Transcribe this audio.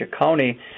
County